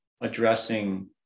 addressing